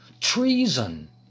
Treason